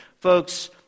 folks